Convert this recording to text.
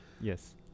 Yes